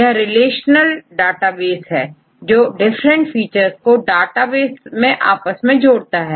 यह relational database है जो डिफरेंट फीचर्स को डाटाबेस में आपस में जोड़ता है